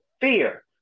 fear